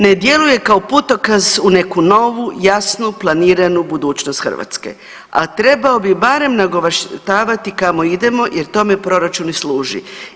Ne djeluje kao putokaz u neku novu jasnu planiranu budućnost Hrvatske, a trebao bi barem nagovještavati kamo idemo jer tome proračun i služi.